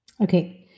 Okay